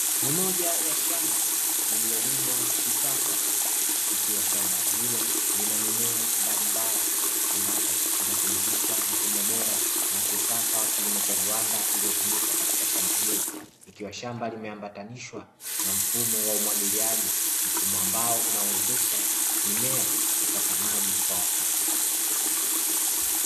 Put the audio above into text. Ni moja ya shamba lililolimwa kisasa ikiwa shamba hilo lina mimea mbalimbali, ambapo inathibitisha mfumo bora na wa kisasa wa kilimo cha viwanda uliotumika katika shamba hilo, ikiwa shamba limeambatanishwa na mfumo wa umwagiliaji, mfumo ambao unawezesha mimea kupata maji kwa wakati.